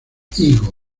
higo